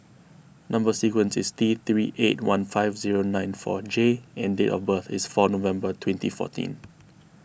Number Sequence is T three eight one five zero nine four J and date of birth is four November twenty fourteen